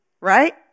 right